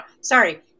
sorry